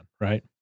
right